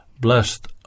blessed